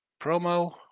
Promo